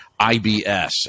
IBS